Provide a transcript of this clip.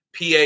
PA